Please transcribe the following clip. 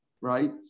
right